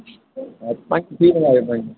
थी वेंदा पंज